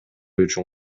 үчүн